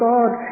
God